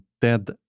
dead